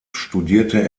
studierte